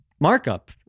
markup